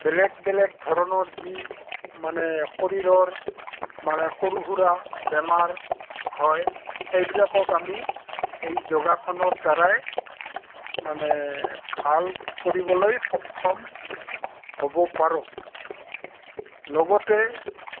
বেলেগ বেলেগ ধৰণৰ যি মানে শৰীৰৰ মানে সৰু সুৰা বেমাৰ হয় সেইবিলাকক আমি এই যোগাসনৰ দ্বাৰাই মানে ভাল কৰিবলৈ সক্ষম হ'ব পাৰোঁ লগতে